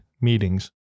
meetings